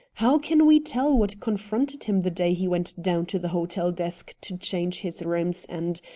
how can we tell what confronted him the day he went down to the hotel desk to change his rooms and,